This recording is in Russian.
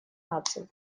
наций